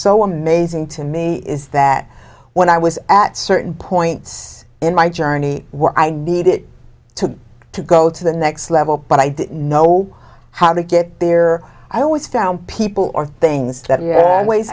so amazing to me is that when i was at certain points in my journey where i needed to to go to the next level but i didn't know how to get there or i always found people or things that we